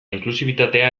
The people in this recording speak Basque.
inklusibitatea